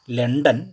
London